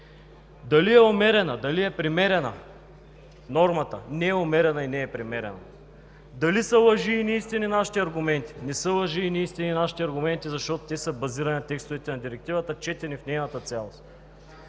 Дали е умерена, дали е премерена нормата? Не е умерена и не е премерена. Дали са лъжи и неистини нашите аргументи? Не са лъжи и неистини нашите аргументи, защото те са базирани на текстовете на Директивата, четени в нейната цялост.